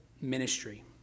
ministry